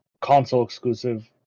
console-exclusive